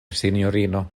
sinjorino